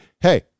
hey